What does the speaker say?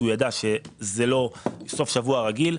כי הוא ידע שזה לא סוף שבוע רגיל.